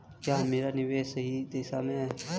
क्या मेरा निवेश सही दिशा में है?